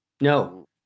No